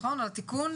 על התיקון,